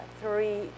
Three